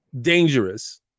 dangerous